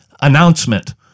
announcement